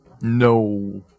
no